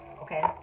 okay